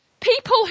people